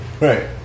Right